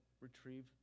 retrieve